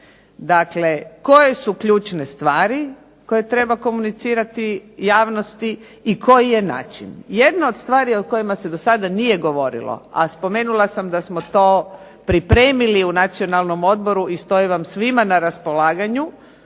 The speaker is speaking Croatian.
Dakle koje su ključne stvari koje treba komunicirati javnosti i koji jedan način. Jedno od stvari o kojima se do sada nije govorilo, a spomenula sam to da smo to pripremili u Nacionalnom odboru i stoji vam svima na raspolaganju,